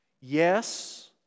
Yes